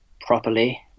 properly